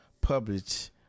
published